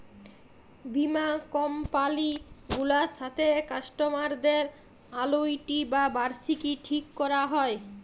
বীমা কমপালি গুলার সাথে কাস্টমারদের আলুইটি বা বার্ষিকী ঠিক ক্যরা হ্যয়